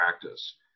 practice